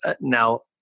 now